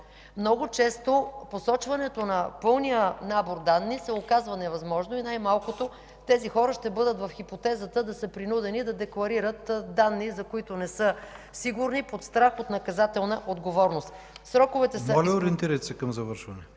Много често посочването на пълния набор данни се оказва невъзможно и най-малкото тези хора ще бъдат в хипотезата да са принудени да декларират данни, за които не са сигурни, под страх от наказателна отговорност. ПРЕДСЕДАТЕЛ ИВАН К.